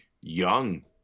Young